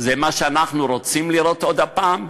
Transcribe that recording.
זה מה שאנחנו רוצים לראות עוד פעם?